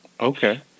Okay